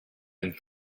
and